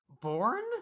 born